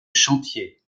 chantier